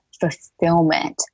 fulfillment